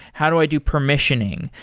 how do i do permissioning?